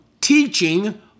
teaching